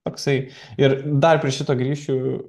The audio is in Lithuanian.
toksai ir dar prie šito grįšiu